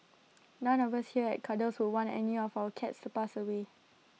none of us here at Cuddles would want any of our cats to pass away